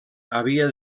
havia